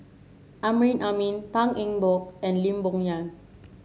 Amrin Amin Tan Eng Bock and Lee Boon Yang